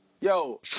Yo